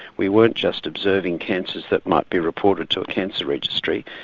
we weren't just observing cancers that might be reported to a cancer registry,